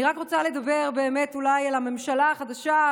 אני רק רוצה לדבר באמת אולי על הממשלה החדשה,